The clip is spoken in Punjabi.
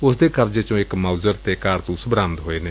ਉਸ ਦੇ ਕਬਜ਼ੇ ਚੋ ਇਕ ਮਾਊਜ਼ਰ ਅਤੇ ਕਾਰਤੂਸ ਬਰਾਮਦ ਹੋਏ ਨੇ